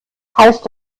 heißt